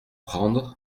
prendre